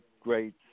great